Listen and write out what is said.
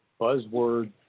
buzzword